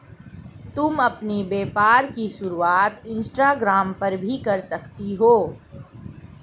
तुम अपने व्यापार की शुरुआत इंस्टाग्राम पर भी कर सकती हो